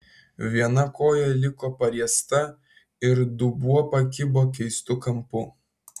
viena koja liko pariesta ir dubuo pakibo keistu kampu